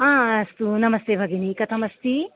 ह अस्तु नमस्ते भगिनी कथमस्ति